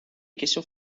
questions